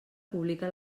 publica